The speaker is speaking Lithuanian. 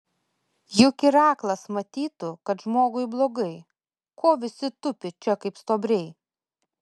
juk ir aklas matytų kad žmogui blogai ko visi tupi čia kaip stuobriai